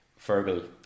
Fergal